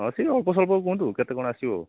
ହଁ ସେଇ ଅଳ୍ପସ୍ୱଳ୍ପ କୁହନ୍ତୁ କେତେ କ'ଣ ଆସିବ